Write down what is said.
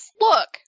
look